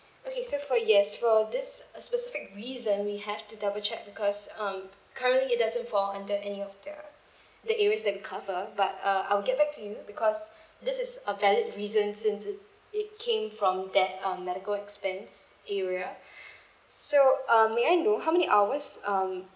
okay so for yes for this uh specific reason we have to double check because um currently it doesn't fall under any of the the areas that we cover but uh I will get back to you because this is a valid reason since it it came from that um medical expense area so um may I know how many hours um